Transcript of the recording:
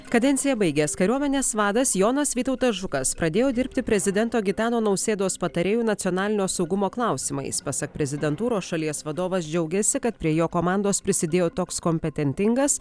kadenciją baigęs kariuomenės vadas jonas vytautas žukas pradėjo dirbti prezidento gitano nausėdos patarėju nacionalinio saugumo klausimais pasak prezidentūros šalies vadovas džiaugiasi kad prie jo komandos prisidėjo toks kompententingas